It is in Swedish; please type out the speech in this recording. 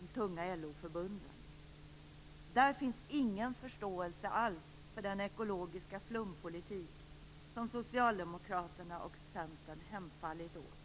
de tunga LO-förbunden. Där finns ingen förståelse alls för den ekologiska flumpolitik som Socialdemokraterna och Centern hemfallit åt.